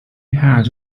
had